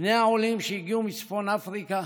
בני העולים שהגיעו מצפון אפריקה,